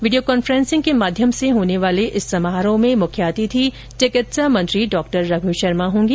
video conferencing के माध्यम से होने वाले इस समारोह में मुख्य अतिथि चिकित्सा मंत्री रघु शर्मा होंगे